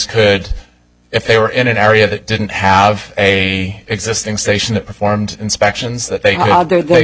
could if they were in an area that didn't have a existing station that performed inspections that they